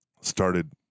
started